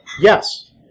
Yes